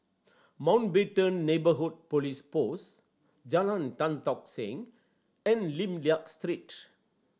Mountbatten Neighbourhood Police Post Jalan Tan Tock Seng and Lim Liak Street